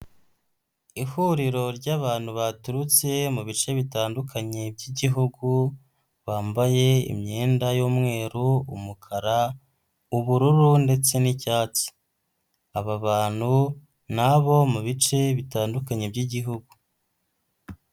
Ihuriro ry'abantu baturutse mu bice bitandukanye by'Igihugu, bambaye imyenda y'umweru, umukara, ubururu ndetse n'icyatsi. Aba bantu ni abo mu bice bitandukanye by'Igihugu.